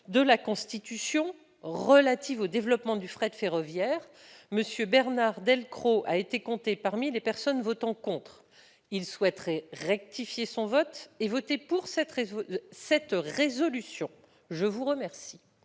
de la Constitution relatives au développement du fret ferroviaire, monsieur Bernard Delcros a été compté parmi les personnes votant contre, il souhaiterait rectifier son vote et voter pour cette raison, cette résolution, je vous remercie.